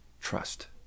Trust